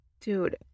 Dude